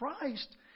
Christ